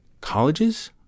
colleges